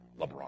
LeBron